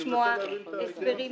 אני מנסה להבין את ההיגיון.